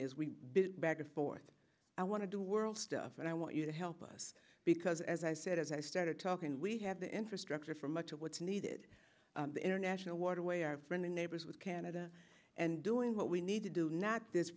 we back and forth i want to do world stuff and i want you to help us because as i said as i started talking we have the infrastructure for much of what's needed the international waterway our friends and neighbors with canada and doing what we need to do not this